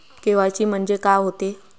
KYC म्हंनजे का होते?